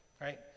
right